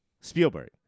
spielberg